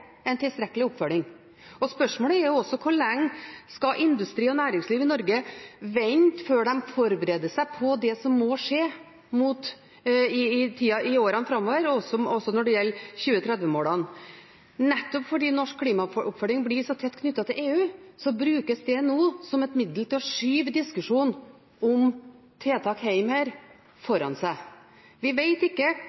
en tilstrekkelig oppfølging. Spørsmålet er også hvor lenge industri og næringsliv i Norge skal vente før de forbereder seg på det som må skje i årene framover, også når det gjelder 2030-målene. Nettopp fordi norsk klimaoppfølging blir så tett knyttet til EU, brukes det nå som et middel til å skyve diskusjonen om tiltak